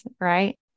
right